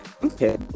Okay